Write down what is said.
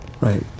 Right